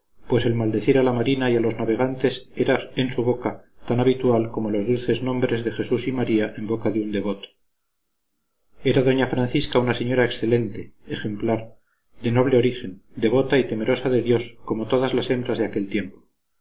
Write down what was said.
pues el maldecir a la marina y a los navegantes era en su boca tan habitual como los dulces nombres de jesús y maría en boca de un devoto era doña francisca una señora excelente ejemplar de noble origen devota y temerosa de dios como todas las hembras de aquel tiempo